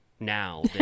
now